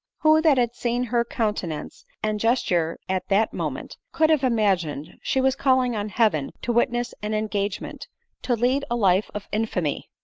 who that had seen her countenance and gesture at that moment, could have imagined she was calling on heaven to witness an engagement to lead a life of infamy?